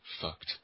fucked